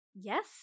yes